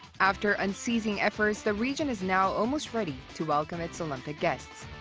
after unceasing efforts, the region is now almost ready to welcome its olympic guests.